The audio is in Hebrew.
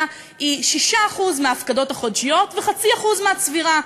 היא 6% מההפקדות החודשיות ו-0.5% מהצבירה.